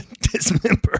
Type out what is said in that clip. Dismember